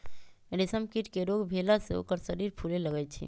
रेशम कीट के रोग भेला से ओकर शरीर फुले लगैए छइ